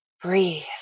breathe